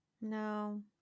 No